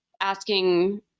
asking